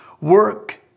Work